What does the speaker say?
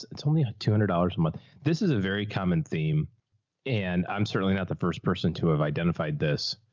it's only a two hundred dollars a month. this is a very common theme and i'm certainly not the first person to have identified this.